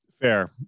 Fair